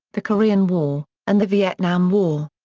the korean war and the vietnam war.